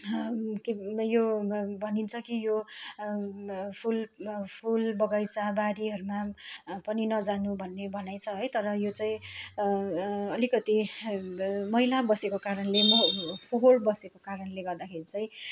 के यो भनिन्छ कि यो फुल फुल बगैँचा बारीहरूमा पनि नजानु भन्ने भनाइ छ है तर यो चाहिँ अलिकति मैला बसेको कारणले म फोहोर बसेको कारणले गर्दाखेरि चाहिँ